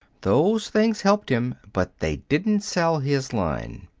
those things helped him, but they didn't sell his line.